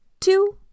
two